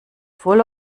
voll